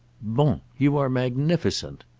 bon! you are magnificent!